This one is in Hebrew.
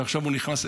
והוא ייכנס לתוקף,